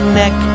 neck